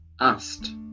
asked